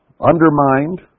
undermined